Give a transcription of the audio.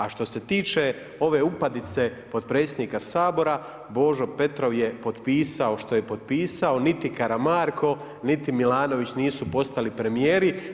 A što se tiče ove upadice potpredsjednika Sabora, Božo Petrov je potpisao što je potpisao, niti Karamarko, niti Milanović nisu postali premijeri.